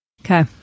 Okay